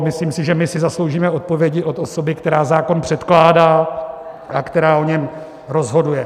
Myslím si, že my si zasloužíme odpovědi od osoby, která zákon předkládá a která o něm rozhoduje.